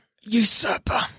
usurper